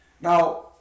Now